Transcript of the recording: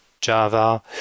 Java